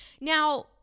Now